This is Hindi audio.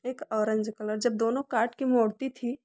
एक ऑरेंज कलर जब दोनों काट के मोड़ती थी